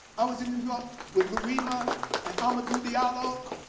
i was in new york with louima and hamidou diallo,